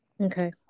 Okay